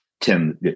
Tim